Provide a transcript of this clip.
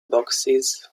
boxes